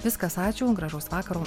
viskas ačiū gražaus vakaro